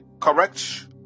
correct